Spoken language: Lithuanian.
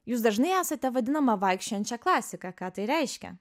jūs dažnai esate vadinama vaikščiojančia klasika ką tai reiškia